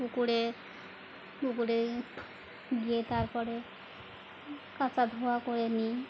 পুকুরে পুকুরে গিয়ে তারপরে কাচা ধোয়া করে নিই